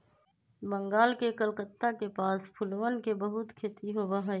बंगाल के कलकत्ता के पास फूलवन के बहुत खेती होबा हई